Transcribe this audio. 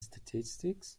statistics